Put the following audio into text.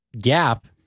gap